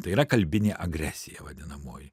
tai yra kalbinė agresija vadinamoji